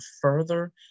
further